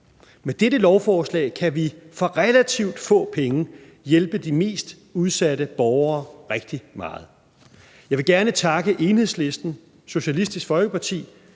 Med dette lovforslag kan vi for relativt få penge hjælpe de mest udsatte borgere rigtig meget. Jeg vil gerne takke Enhedslisten, Socialistisk Folkeparti,